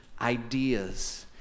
ideas